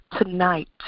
tonight